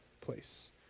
place